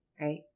right